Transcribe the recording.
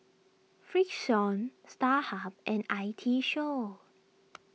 Frixion Starhub and I T Show